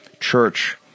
church